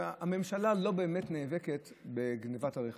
שהממשלה לא באמת נאבקת בגנבת הרכבים.